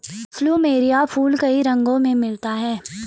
plumeria फूल कई रंगो में मिलता है